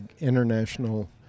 international